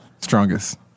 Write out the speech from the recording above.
Strongest